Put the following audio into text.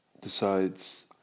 decides